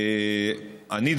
אני,